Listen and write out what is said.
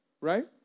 Right